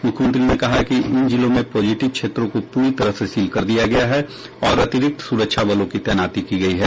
मुख्यमंत्री ने कहा कि इन जिलों में पॉजिटिव क्षेत्रों को पूरी तरह से सील कर दिया गया है और अतिरिक्त सुरक्षा बलों की तैनाती की गई है